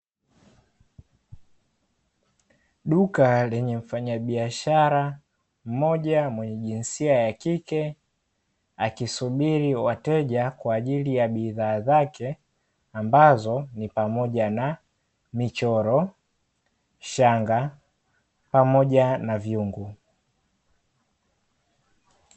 Duka lenye mfanya biashara mmoja mwenye jinsia ya kike akisubiri wateja kwa ajili ya bidhaa zake ambazo ni pamoja na michoro, shanga, pamoja na vyungu.